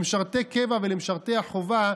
למשרתי הקבע ולמשרתי החובה,